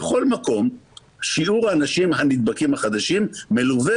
בכל מקום שיעור האנשים הנדבקים החדשים מלווה